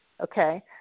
okay